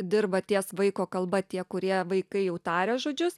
dirba ties vaiko kalba tie kurie vaikai jau taria žodžius